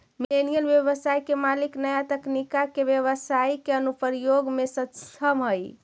millennial व्यवसाय के मालिक नया तकनीका के व्यवसाई के अनुप्रयोग में सक्षम हई